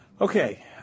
Okay